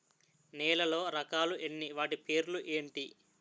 నేలలో రకాలు ఎన్ని వాటి పేర్లు ఏంటి?